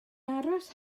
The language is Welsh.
aros